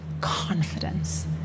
confidence